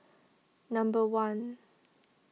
number one